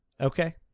Okay